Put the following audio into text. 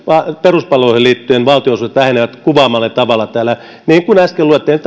peruspalveluihin liittyen valtionosuudet vähenevät tällä kuvaamallani tavalla niin kuin äsken luettelin